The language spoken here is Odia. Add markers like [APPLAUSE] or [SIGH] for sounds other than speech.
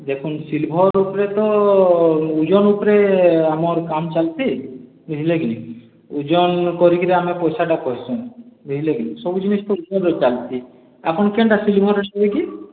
ଦେଖୁନ୍ ସିଲଭର୍ ଉପ୍ରେ ତ [UNINTELLIGIBLE] ଆମର୍ କାମ୍ ଚାଲ୍ସି ବୁଝ୍ଲେ କି ନି ଉଜନ୍ କରିକିରି ଆମେ ପଇସାଟା ପାଉଛୁଁ ବୁଝ୍ଲେ କି ନି ସବୁ ଜିନିଷ୍ [UNINTELLIGIBLE] ଆପଣ୍ କେନ୍ଟା ସିଲଭର୍ ର ନେବେ କି